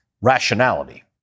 rationality